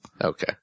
Okay